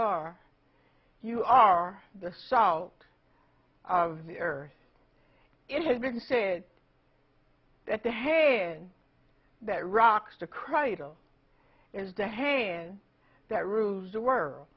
are you are the salt of the earth it has been said that the hand that rocks to cry it'll is the hand that rules the world